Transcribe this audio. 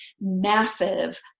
massive